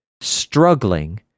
struggling